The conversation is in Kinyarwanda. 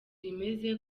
imeze